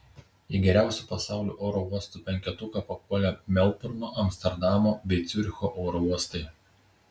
į geriausių pasaulio oro uostų penketuką papuolė melburno amsterdamo bei ciuricho oro uostai